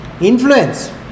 Influence